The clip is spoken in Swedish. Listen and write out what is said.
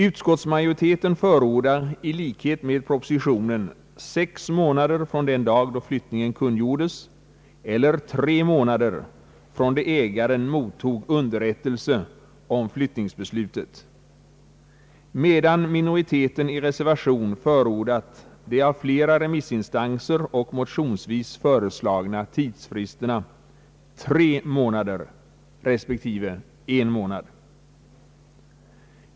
Utskottsmajoriteten förordar i likhet med propositionen sex månader från den dag då flyttningen kungjordes eller tre månader från den dag då ägaren mottog underrättelse om flyttningsbeslutet, medan minoriteten i reservation förordar de av flera remissinstanser samt motionsvis föreslagna tidsfristerna tre månader respektive en månad.